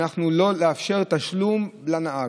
לא לאפשר תשלום לנהג.